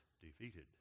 defeated